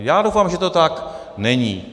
Já doufám, že to tak není.